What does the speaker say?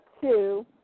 two